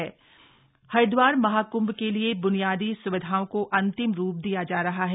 हरिद्वार महाकंभ हरिद्वार महाकुंभ के लिए ब्रेनियादी सुविधाओं को अंतिम रू दिया जा रहा है